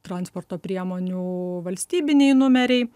transporto priemonių valstybiniai numeriai